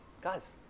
Guys